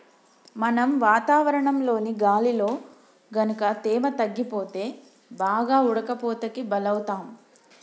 మనం వాతావరణంలోని గాలిలో గనుక తేమ తగ్గిపోతే బాగా ఉడకపోతకి బలౌతాం